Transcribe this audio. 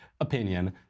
opinion